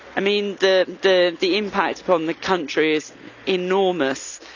i mean the, the, the impacts from the country's enormous.